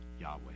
Yahweh